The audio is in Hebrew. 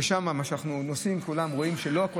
שם אנחנו נוסעים כולם ורואים שלא כל